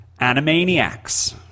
Animaniacs